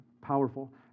powerful